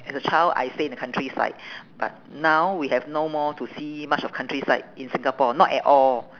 as a child I stay in the countryside but now we have no more to see much of countryside in singapore not at all